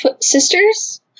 sisters